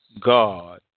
God